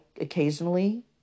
occasionally